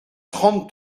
trente